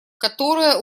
которая